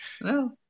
No